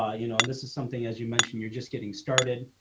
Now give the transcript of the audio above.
ah you know this is something as you mentioned, you're just getting started.